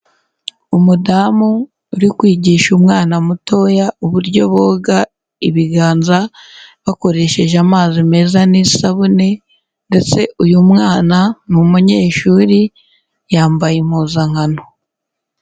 Umudamu uri kwigisha umwana mutoya uburyo boga ibiganza bakoresheje amazi meza n'isabune ndetse uyu mwana ni umunyeshuri yambaye impuzankano.